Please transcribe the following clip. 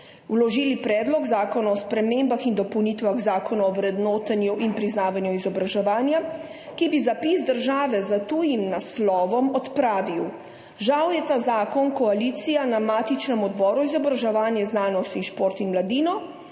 vložili Predlog zakona o spremembah in dopolnitvah Zakona o vrednotenju in priznavanju izobraževanja, ki bi zapis države s tujim naslovom odpravil. Žal je ta zakon koalicija na matičnem Odboru za izobraževanje, znanost, šport in mladino